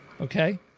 Okay